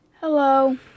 Hello